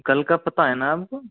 कल का पता है ना आपको